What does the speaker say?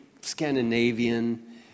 Scandinavian